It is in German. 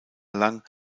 lang